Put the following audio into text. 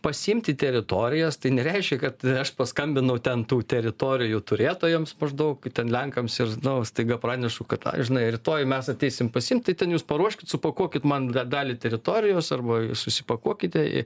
pasiimti teritorijas tai nereiškia kad aš paskambinau ten tų teritorijų turėtojoms maždaug ten lenkams ir staiga pranešu kad ai žinai rytoj mes ateisim pasiimti ten jus paruoškit supakuokit man dalį teritorijos arba susipakuokite